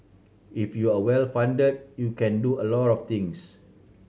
if you are well fund you can do a lot of things